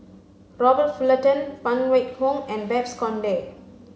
Robert Fullerton Phan Wait Hong and Babes Conde